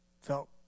felt